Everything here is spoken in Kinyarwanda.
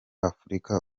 afurika